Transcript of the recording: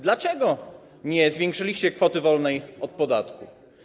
Dlaczego nie zwiększyliście kwoty wolnej od podatku?